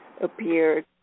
appeared